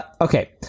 Okay